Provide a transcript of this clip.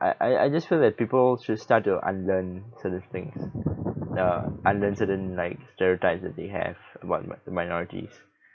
I I I just feel that people should start to unlearn certain things uh unlearn certain like stereotypes that they have about th~ the minorities